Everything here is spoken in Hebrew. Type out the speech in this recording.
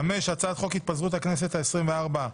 5. הצעת חוק התפזרות הכנסת העשרים וארבע,